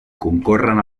concorren